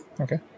Okay